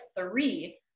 three